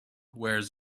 wears